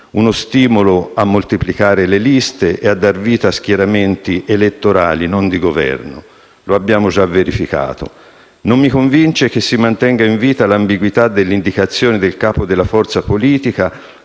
uno stimolo a moltiplicare le liste e a dar vita a schieramenti elettorali, non di Governo, come abbiamo già verificato. Non mi convince che si mantenga in vita l'ambiguità dell'indicazione del capo della forza politica,